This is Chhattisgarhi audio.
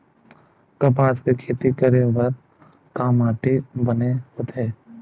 कपास के खेती करे बर का माटी बने होथे?